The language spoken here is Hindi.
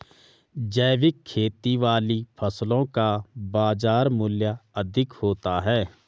जैविक खेती वाली फसलों का बाजार मूल्य अधिक होता है